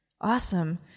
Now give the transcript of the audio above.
Awesome